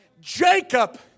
Jacob